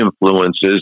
influences